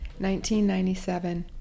1997